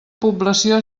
població